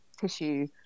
tissue